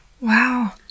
Wow